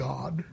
God